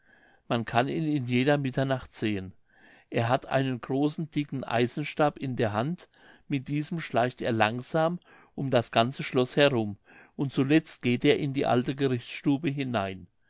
man kann ihn in jeder mitternacht sehen er hat einen großen dicken eisenstab in der hand mit diesem schleicht er langsam um das ganze schloß herum und zuletzt geht er in die alte gerichtsstube hinein